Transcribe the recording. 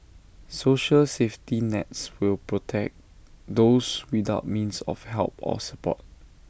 social safety nets will protect those without means of help or support